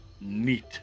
Neat